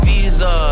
Visa